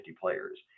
players